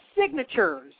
signatures